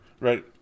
right